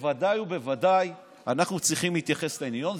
בוודאי ובוודאי אנחנו צריכים להתייחס לעניין.